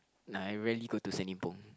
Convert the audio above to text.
nah I rarely go to Senibong